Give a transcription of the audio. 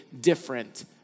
different